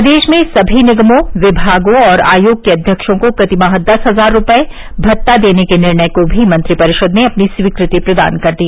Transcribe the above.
प्रदेश में सभी निगमों विमागों और आयोग के अध्यक्षों को प्रतिमाह दस हजार रूपये भत्ता देने के निर्णय को भी मंत्रिपरिषद ने अपनी स्वीकृति प्रदान कर दी